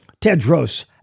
Tedros